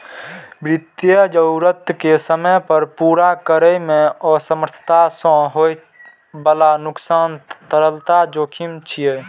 वित्तीय जरूरत कें समय पर पूरा करै मे असमर्थता सं होइ बला नुकसान तरलता जोखिम छियै